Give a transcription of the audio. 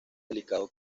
delicado